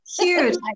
Huge